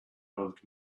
old